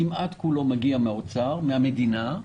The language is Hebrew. כמעט כולו מגיע מן האוצר, מן המדינה.